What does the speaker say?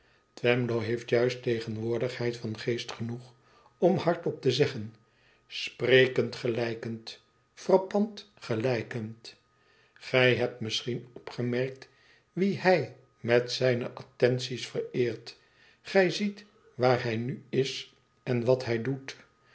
twemlow heeft juist tegenwoordigheid van geest genoeg om hardop te zeggen sprekend gelijkend frappant gelijkend gij hebt misschien opgemerkt wie hij met zijne attenties vereert gij ziet waar hij nu is en wat uj doet